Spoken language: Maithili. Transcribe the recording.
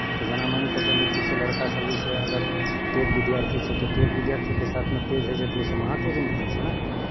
तऽ जेना मानि कऽ चलू कि से लड़कासभ जे छै अगर तेज विद्यार्थी छै तऽ तेज विद्यार्थीके साथमे तेज होइ छै तऽ ओसभ महातेज निकलै छै ने